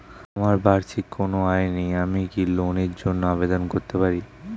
আমার বার্ষিক কোন আয় নেই আমি কি লোনের জন্য আবেদন করতে পারি?